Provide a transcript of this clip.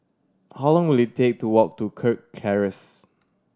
how long will it take to walk to Kirk Terrace